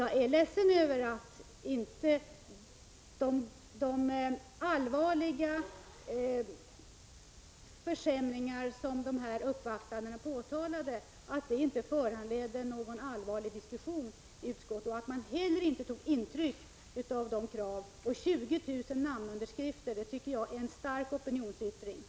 Jag är ledsen över att de svåra försämringar som de uppvaktande påtalade inte föranledde någon allvarlig diskussion i utskottet och att man heller inte tog intryck av deras krav. 20 000 namnunderskrifter tycker jag är en stark opinionsyttring.